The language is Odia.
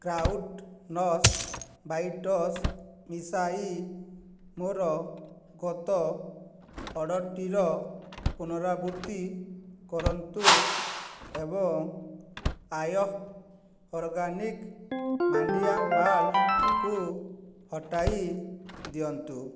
କ୍ରୋଟନ୍ସ ବାଇଟ୍ସ ମିଶାଇ ମୋର ଗତ ଅର୍ଡ଼ର୍ଟିର ପୁନରାବୃତ୍ତି କରନ୍ତୁ ଏବଂ ଆର୍ ଅର୍ଗାନିକ୍ ମାଣ୍ଡିଆ ମାଲ୍ଟ୍କୁ ହଟାଇ ଦିଅନ୍ତୁ